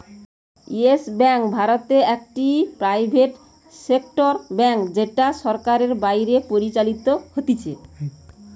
yes Bank ভারতে একটি private sector bank যেটা সরকারের বাইরে পরিচালিত হতিছে